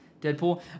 Deadpool